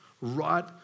right